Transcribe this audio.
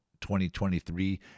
2023